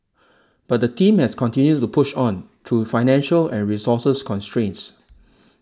but the team has continued to push on through financial and resources constraints